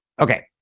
Okay